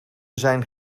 zijn